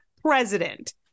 president